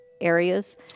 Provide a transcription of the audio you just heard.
areas